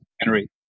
Henry